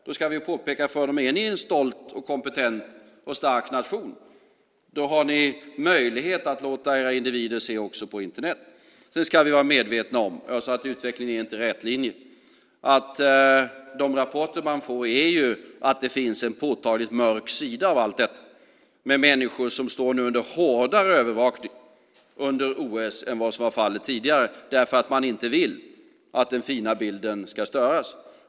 Då ska vi påpeka för Kina att om det är en stolt, kompetent och stark nation ska landets individer också få utnyttja Internet. Jag sade att utvecklingen inte är rätlinjig. Vi ska vara medvetna om att rapporterna visar att det finns en påtagligt mörk sida av allt detta. Det finns människor som står under hårdare övervakning under OS än tidigare därför att man inte vill att den fina bilden ska störas.